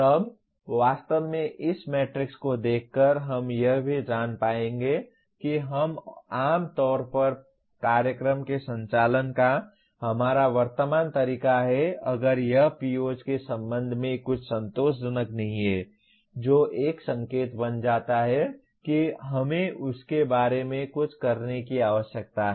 तब वास्तव में इस मैट्रिक्स को देखकर हम यह भी जान पाएंगे कि हम आम तौर पर कार्यक्रम के संचालन का हमारा वर्तमान तरीका है अगर यह POs के संबंध में कुछ संतोषजनक नहीं है जो एक संकेत बन जाता है कि हमें उसके बारे में कुछ करने की आवश्यकता है